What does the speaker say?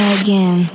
again